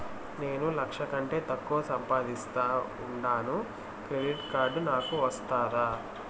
నేను లక్ష కంటే తక్కువ సంపాదిస్తా ఉండాను క్రెడిట్ కార్డు నాకు వస్తాదా